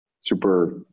super